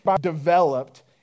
developed